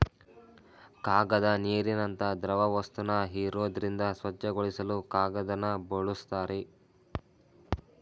ಕಾಗದ ನೀರಿನಂತ ದ್ರವವಸ್ತುನ ಹೀರೋದ್ರಿಂದ ಸ್ವಚ್ಛಗೊಳಿಸಲು ಕಾಗದನ ಬಳುಸ್ತಾರೆ